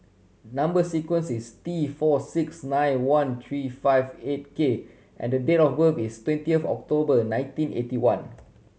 number sequence is T four six nine one three five eight K and the date of birth is twenty of October nineteen eighty one